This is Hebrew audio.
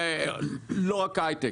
לא רק ההייטק.